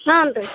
ಹ್ಞೂನ್ ರೀ